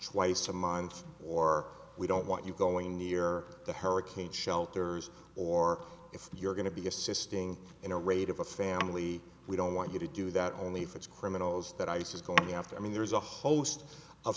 slice a month or we don't want you going near the hurricane shelters or if you're going to be assisting in a raid of a family we don't want you to do that only if it's criminals that ice is going after i mean there's a host of